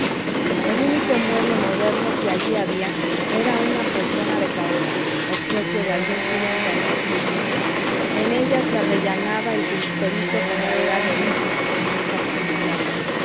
el único mueble moderno que allí había era una poltrona de caoba obsequio de algún cliente agradecido en ella se arrellanaba el jurisperito con gravedad de obispo en misa pontifical